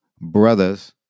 brothers